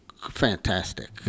Fantastic